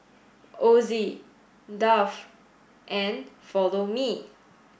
Ozi Dove and Follow Me